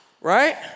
right